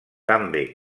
també